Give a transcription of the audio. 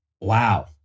wow